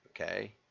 Okay